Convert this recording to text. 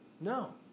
no